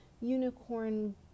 unicorn